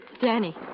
Danny